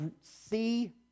see